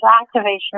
activation